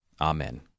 Amen